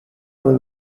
when